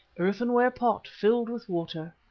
earthenware pot filled with water.